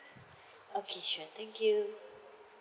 okay sure thank you